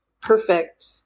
perfect –